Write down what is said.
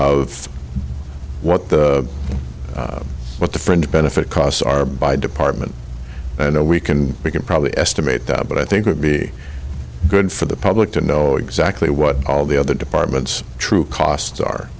of what the what the fringe benefit costs are by department or we can we can probably estimate that but i think would be good for the public to know exactly what all the other departments true costs are